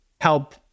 help